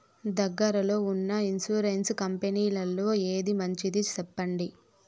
దగ్గర లో ఉన్న ఇన్సూరెన్సు కంపెనీలలో ఏది మంచిది? సెప్పండి?